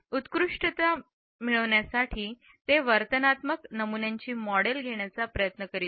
उत्कृष्टता मिळविण्यासाठी ते वर्तनात्मक नमुन्यांची मॉडेल घेण्याचा प्रयत्न करीत होते